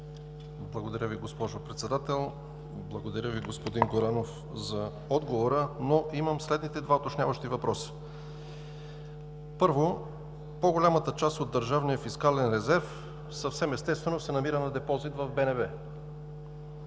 Благодаря Ви, госпожо Председател. Благодаря Ви, господин Горанов, за отговора, но имам следните два уточняващи въпроса. Първо, по-голямата част от държавния фискален резерв съвсем естествено се намира на депозит в БНБ.